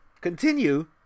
continue